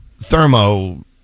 thermo